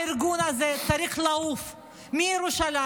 הארגון הזה צריך לעוף מירושלים,